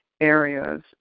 areas